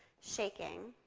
shaking,